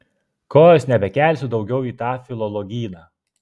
kojos nebekelsiu daugiau į tą filologyną